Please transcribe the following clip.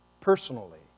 personally